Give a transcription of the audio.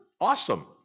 Awesome